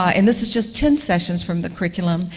ah and this is just ten sessions from the curriculum.